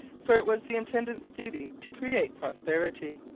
for it was the intendant's duty to create prosperity.